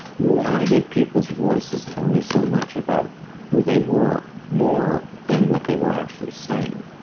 why did people's voices tell me so much about who they were, more than what they were actually saying?